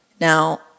Now